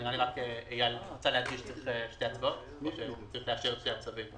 אני מבקש שתיקחו את זה לתשומת לב.